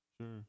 sure